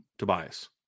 Tobias